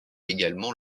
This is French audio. également